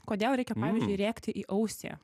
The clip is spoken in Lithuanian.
kodėl reikia pavyzdžiui rėkti į ausį